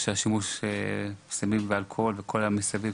בשימוש בסמים ובאלכוהול וכל מה שאמרת מסביב,